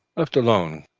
left alone,